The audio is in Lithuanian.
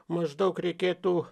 maždaug reikėtų